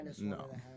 No